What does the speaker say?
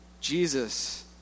Jesus